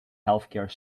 healthcare